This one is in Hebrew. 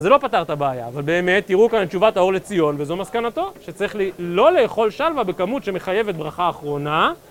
זה לא פתר את הבעיה, אבל באמת, תראו כאן את תשובת האור לציון, וזו מסקנתו, שצריך לא לאכול שלווה בכמות שמחייבת ברכה אחרונה.